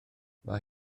mae